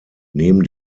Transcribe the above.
neben